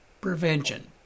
prevention